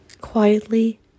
Quietly